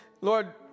Lord